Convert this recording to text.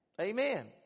Amen